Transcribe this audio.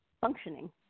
functioning